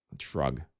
shrug